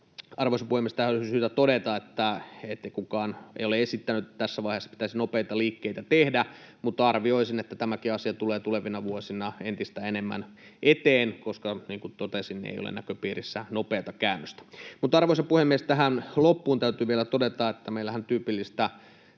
Arvoisa puhemies! Tähän olisi syytä todeta, että kukaan ei ole esittänyt tässä vaiheessa, että pitäisi nopeita liikkeitä tehdä, mutta arvioisin, että tämäkin asia tulee tulevina vuosina entistä enemmän eteen, koska, niin kuin totesin, ei ole näköpiirissä nopeata käännöstä. Arvoisa puhemies! Tähän loppuun täytyy vielä todeta, että meillähän tyypillistä